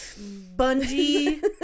bungee